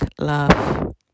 love